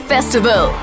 Festival